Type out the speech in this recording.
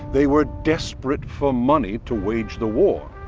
they were desperate for money to wage the war.